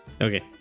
okay